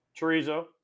Chorizo